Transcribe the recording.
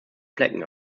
flecken